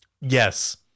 Yes